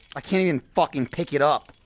i can't even fucking pick it up